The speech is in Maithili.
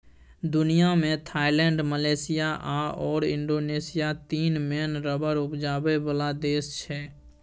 दुनियाँ मे थाइलैंड, मलेशिया आओर इंडोनेशिया तीन मेन रबर उपजाबै बला देश छै